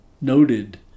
noted